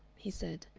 he said.